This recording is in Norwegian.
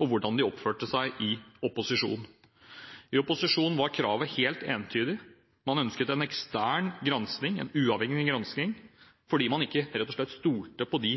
og hvordan de oppførte seg i opposisjon. I opposisjon var kravet helt entydig. Man ønsket en ekstern gransking, en uavhengig gransking, fordi man rett og slett ikke stolte på de